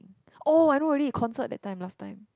oh I know already concert that time last time